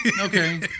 okay